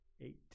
eight